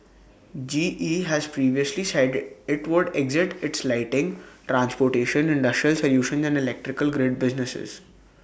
G E has previously said IT would exit its lighting transportation industrial solutions and electrical grid businesses